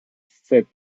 said